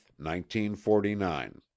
1949